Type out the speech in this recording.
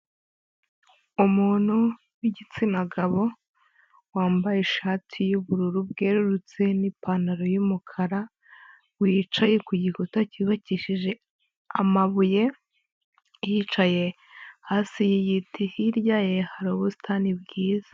Umuntu w'igitsina gabo, wambaye ishati y'ubururu bwererutse n'ipantaro y'umukara, wicaye ku gikuta cyubakishije amabuye, yicaye hasi y'igiti, hirya ye hari ubusitani bwiza.